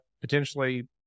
potentially